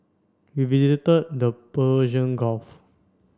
we visited the Persian Gulf